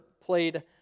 played